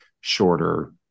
shorter